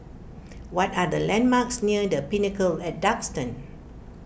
what are the landmarks near the Pinnacle at Duxton